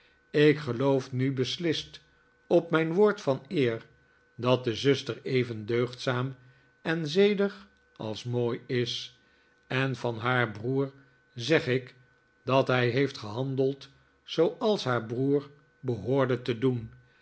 ik geloof nu beslist op mijn woord van eer dat de zuster even deugdzaam en zedig als mooi is en van haar broer zeg ik dat hij heeft gehandeld zooals haar broer behoorde te doen